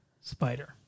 spider